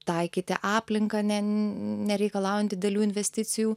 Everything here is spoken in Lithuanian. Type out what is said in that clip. taikyti aplinką ne nereikalaujant didelių investicijų